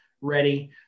ready